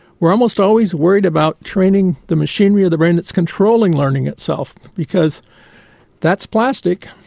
we're almost always worried about training the machinery of the brain that's controlling learning itself, because that's plastic,